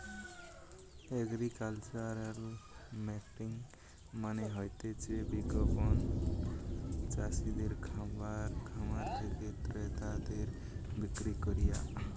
agricultural marketing মানে হতিছে বিপণন চাষিদের খামার থেকে ক্রেতাদের বিক্রি কইরা